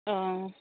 অঁ